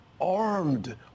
armed